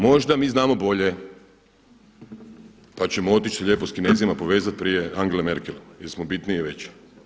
Možda mi znamo bolje pa ćemo otići se lijepo s Kinezima povezati prije Angele Merkel jer smo bitniji i veći.